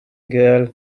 girl